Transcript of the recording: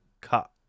cut